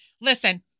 Listen